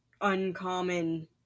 uncommon